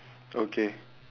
okay